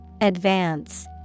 Advance